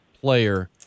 player